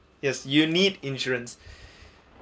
yes you need insurance